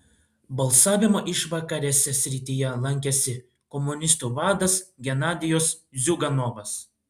balsavimo išvakarėse srityje lankėsi komunistų vadas genadijus ziuganovas